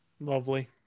Lovely